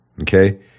okay